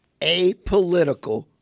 apolitical